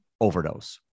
overdose